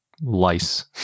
lice